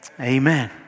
Amen